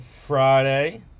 Friday